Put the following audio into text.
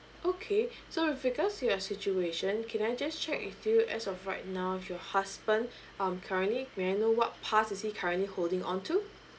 okay so with regards to your situation can I just check with you as of right now your husband um currently may I know what pass is he currently holding on to